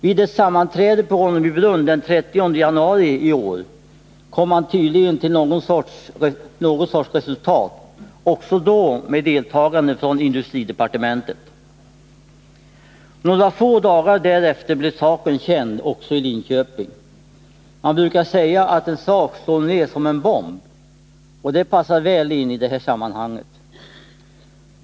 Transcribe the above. Vid ett sammanträde på Ronneby Brunn den 30 januari i år kom man tydligen till någon sorts resultat, också då med deltagande av personer från industridepartementet. Några få dagar därefter blev saken känd också i Linköping. Man brukar säga att en sak slår ned som en bomb, och det passar väl in i detta sammanhang.